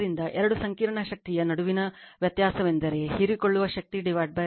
ಆದ್ದರಿಂದ ಎರಡು ಸಂಕೀರ್ಣ ಶಕ್ತಿಯ ನಡುವಿನ ವ್ಯತ್ಯಾಸವೆಂದರೆ ಹೀರಿಕೊಳ್ಳುವ ಶಕ್ತಿ ರೇಖೆಯ ಪ್ರತಿರೋಧ ಅದು ವಿದ್ಯುತ್ ನಷ್ಟ